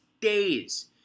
days